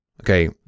okay